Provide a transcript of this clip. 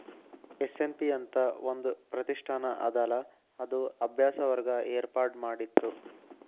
SNP ಅಂತ್ ಒಂದ್ ಪ್ರತಿಷ್ಠಾನ ಅದಲಾ ಅದು ಅಭ್ಯಾಸ ವರ್ಗ ಏರ್ಪಾಡ್ಮಾಡಿತ್ತು